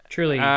Truly